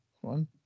one